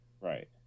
Right